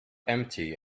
empty